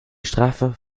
strafe